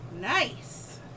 nice